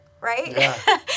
right